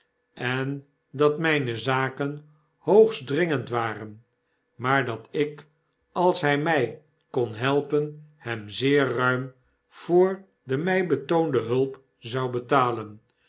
en dat mijne zaken hoogst dringend waren maar dat ik als hij my kon helpen hem zeer ruim voor de my betoonde hulp zou betalen